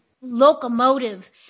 locomotive